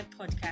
podcast